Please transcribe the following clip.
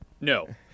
No